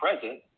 present